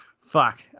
Fuck